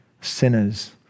sinners